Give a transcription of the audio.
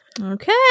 Okay